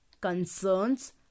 concerns